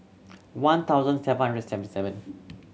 one thousand seven hundred seventy seven